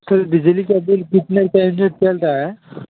sir बिजली का bill कितने चलता है